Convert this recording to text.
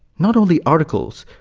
not only articles,